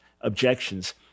objections